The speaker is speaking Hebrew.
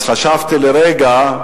אז חשבתי לרגע,